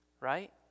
Right